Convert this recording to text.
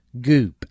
Goop